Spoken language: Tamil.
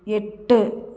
எட்டு